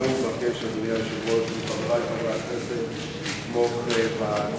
שראה חשיבות רבה בתיקון העוול הזה ודאג וביקש להביא את